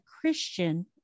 Christian